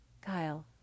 Kyle